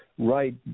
Right